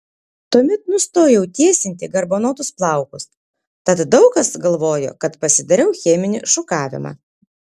tuomet nustojau tiesinti garbanotus plaukus tad daug kas galvojo kad pasidariau cheminį šukavimą